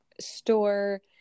store